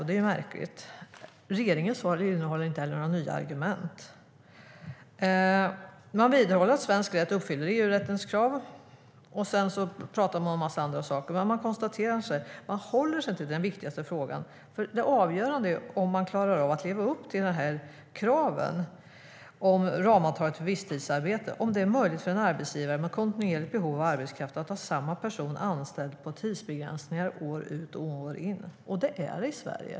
Det är märkligt. Regeringens svar innehåller inte heller några nya argument, utan man vidhåller att svensk rätt uppfyller EU-rättens krav. Sedan pratar man om en massa andra saker, men man håller sig inte till den viktigaste frågan. Det avgörande är nämligen om man klarar av att leva upp till kraven om ramavtalen för visstidsarbete, alltså om det är möjligt för en arbetsgivare med kontinuerligt behov av arbetskraft att ha samma person anställd i tidsbegränsade anställningar år ut och år in - och det är det i Sverige.